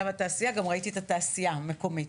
והתעשייה גם ראיתי את התעשייה המקומית.